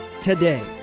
today